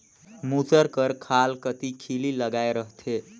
मूसर कर खाल कती खीली लगाए रहथे